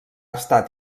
estat